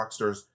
Rockstars